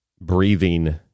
breathing